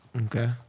okay